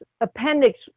appendix